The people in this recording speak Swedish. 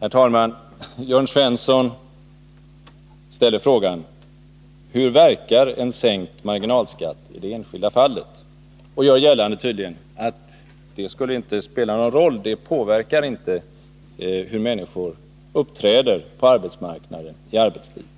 Herr talman! Jörn Svensson ställer frågan: Hur verkar en sänkt marginalskatt i det enskilda fallet? Han vill tydligen göra gällande att en marginalskattesänkning inte skulle spela någon roll, att den inte skulle påverka människors uppträdande på arbetsmarknaden och i förvärvslivet.